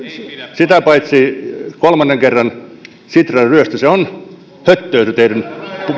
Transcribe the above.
sitä paitsi kolmannen kerran sitran ryöstö se on höttöä se teidän